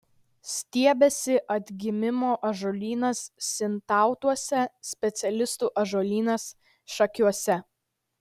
stiebiasi atgimimo ąžuolynas sintautuose specialistų ąžuolynas šakiuose